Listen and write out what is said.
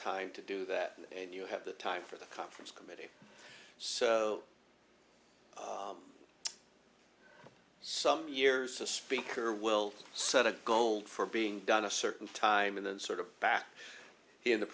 time to do that and you have the time for the conference committee so some years a speaker will set a goal for being done a certain time and then sort of back in the